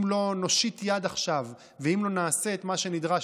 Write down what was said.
לא נושיט יד עכשיו ואם לא נעשה את מה שנדרש,